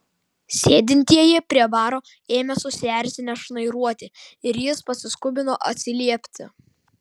sėdintieji prie baro ėmė susierzinę šnairuoti ir jis pasiskubino atsiliepti